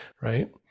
right